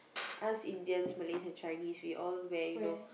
us Indians Malays and Chinese we all wear you know